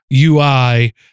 UI